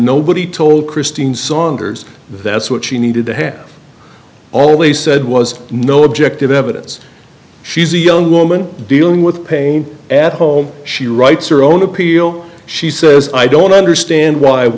nobody told christine saunders that's what she needed to have all they said was no objective evidence she's a young woman dealing with pain at home she writes or only appeal she says i don't understand why